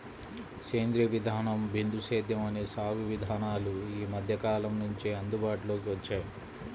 సేంద్రీయ విధానం, బిందు సేద్యం అనే సాగు విధానాలు ఈ మధ్యకాలం నుంచే అందుబాటులోకి వచ్చాయి